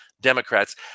democrats